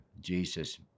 Jesus